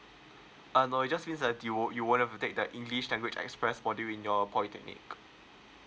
uh no you just fill in you won't have to take the english language express for doing your polytechnic